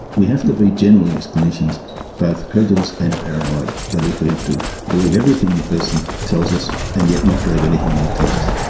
we have to be generally as clinicians both credulous and paranoid, that is we have to believe everything the person tells us and yet not believe anything they tell us.